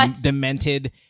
demented